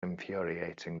infuriating